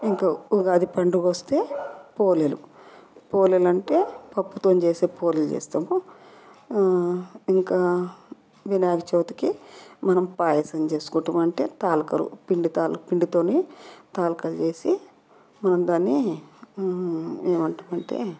ఇంక ఉగాది పండుగ వస్తే పోలేలు పోలేలు అంటే పప్పుతో చేసే పోలేలు చేస్తాము ఇంకా వినాయక చవితికి మనం పాయసం చేసుకుంటాం అంటే తాలికలు పిండి తాలిక పిండితోనే తాలికలు చేసి మనం దాన్ని ఏమంటారు అంటే